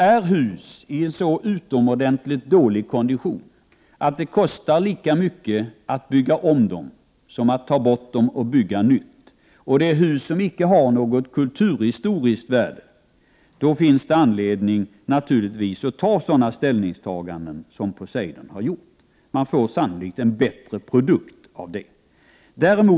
Är hus i så utomordentligt dålig kondition att det kostar lika mycket att bygga om dem som att ta bort dem och bygga nytt, och det är fråga om hus som inte har något kulturhistoriskt värde, finns det naturligtvis anledning att Prot. 1988/89:109 ta sådana ställningstaganden som man gjort i fallet Poseidon. Man får 8 maj 1989 sannolikt en bättre produkt som följd av detta.